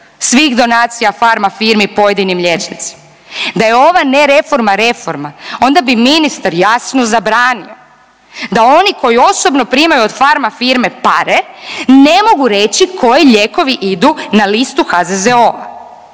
svih donacija farma firmi pojedinim liječnicima. Da je ova nereforma reforma onda bi ministar jasno zabranio da oni koji osobno primaju od farma firme pare ne mogu reći koji lijekovi idu na listu HZZO-a,